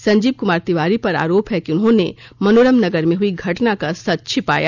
संजीव कुमार तिवारी पर आरोप है कि उन्होंने मनोरम नगर में हुई घटना का सच छिपाया